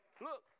look